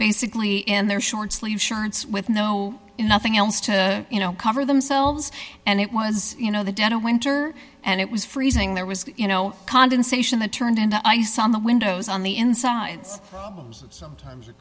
basically in their short sleeved shirts with no nothing else to you know cover themselves and it was you know the dead of winter and it was freezing there was you know condensation that turned into ice on the windows on the insides that sometimes